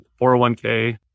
401k